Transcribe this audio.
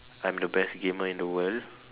I'm the best gamer in the world